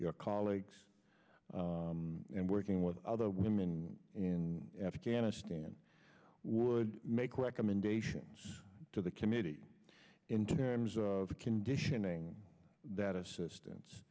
your colleagues and working with other women in afghanistan would make recommendations to the committee in terms of conditioning that assistance